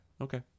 Okay